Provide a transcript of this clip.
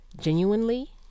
genuinely